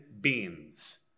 beans